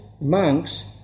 monks